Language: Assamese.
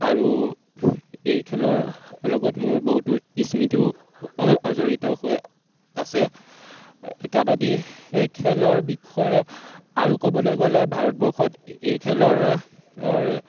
আৰু এই খেলৰ লগত মোৰ বহুতো স্মৃতিও জড়িত হৈ আছে কাবাডী এই খেলৰ বিষয়ে আৰু ক'বলৈ গ'লে ভাৰতবৰ্ষত এই খেলৰ অৰ